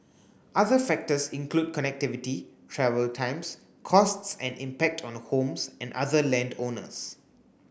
other factors include connectivity travel times costs and impact on homes and other land owners